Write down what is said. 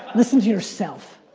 listen to yourself.